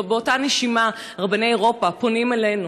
באותה נשימה, רבני אירופה פונים אלינו.